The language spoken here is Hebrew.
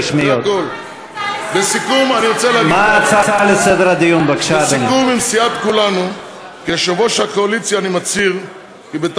להתנגד להצעה של חברת הכנסת שולי מועלם-רפאלי וקבוצת